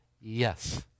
Yes